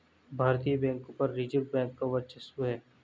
भारतीय बैंकों पर रिजर्व बैंक का वर्चस्व है